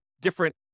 different